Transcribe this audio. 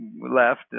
left